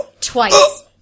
Twice